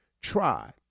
try